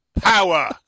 power